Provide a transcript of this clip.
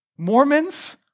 Mormons